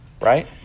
right